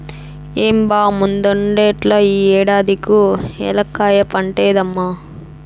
ఏం బా ముందటేడల్లే ఈ ఏడాది కూ ఏలక్కాయ పంటేద్దామా